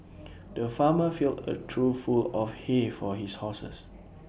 the farmer filled A through full of hay for his horses